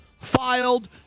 filed